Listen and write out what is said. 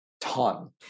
ton